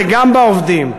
וגם בעובדים,